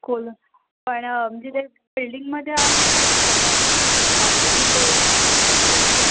खोल न पण म्हणजे ते बिल्डिंगमध्ये आहे कसं आहे गं आं म्हणजे कुठे एक रेसि